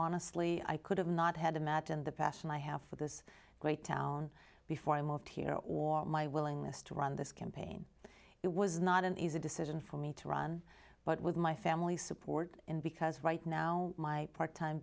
honestly i could have not had imagined the passion i have for this great town before i moved here or my willingness to run this campaign it was not an easy decision for me to run but with my family support and because right now my part time